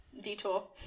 detour